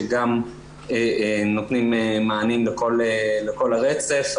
שגם נותנים מענים לכל הרצף,